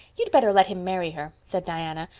you'd better let him marry her, said diana,